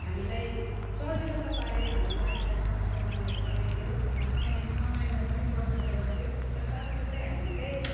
हामीलाई सजिलो त पाऱ्यो हाम्रो लाइफलाई सजिलो त बनाइ बनाइदियो समय समयलाई पनि बचत त गरिदियो र साथ साथै हामी त